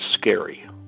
scary